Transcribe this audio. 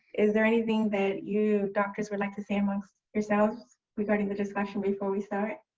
is there anything that you doctors would like to say amongst yourselves regarding the discussion before we start?